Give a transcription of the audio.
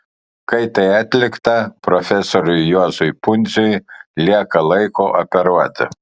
kai tai atlikta profesoriui juozui pundziui lieka laiko operuoti